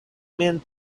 mem